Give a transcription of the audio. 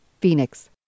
Phoenix